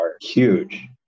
huge